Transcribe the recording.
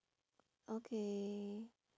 okay